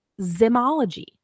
Zymology